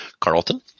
Carlton